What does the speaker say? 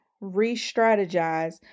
re-strategize